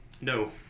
no